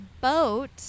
Boat